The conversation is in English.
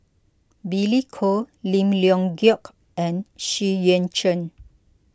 Billy Koh Lim Leong Geok and Xu Yuan Zhen